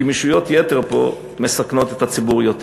גמישויות-יתר פה מסכנות את הציבור יותר.